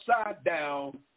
upside-down